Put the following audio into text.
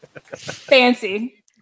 Fancy